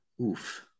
oof